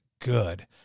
good